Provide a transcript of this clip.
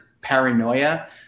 paranoia